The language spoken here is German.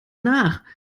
nach